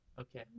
Okay